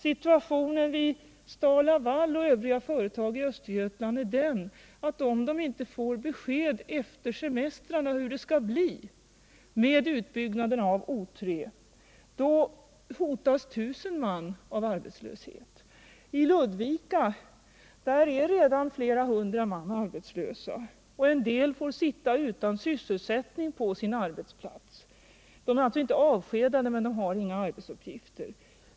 Situationen vid STAL-LA VAL och övriga företag i Östergötland är sådan att om man inte får besked efter semestrarna hur det skall bli med utbyggnaden av O 3 hotas I 000 man av arbetslöshet. I Ludvika är redan flera hundra man arbetslösa, och en del får sitta utan sysselsättning på sina arbetsplatser; de är inte avskedade men har alltså inga arbetsuppgifter.